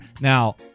Now